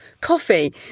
coffee